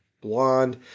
blonde